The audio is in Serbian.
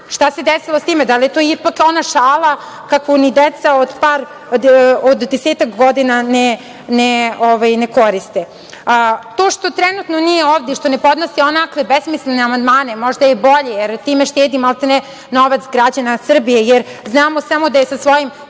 Šta se desilo sa time? Da li je to ipak ona šala kakvu ni deca od desetak godina ne koriste? To što trenutno nije ovde i što ne podnosi onakve besmislene amandmane možda je i bolje, jer time štedi novac građana Srbije, jer znamo samo da je sa svojim